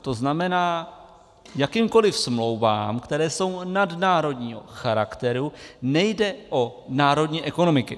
To znamená, jakýmkoliv smlouvám, které jsou nadnárodního charakteru, nejde o národní ekonomiky.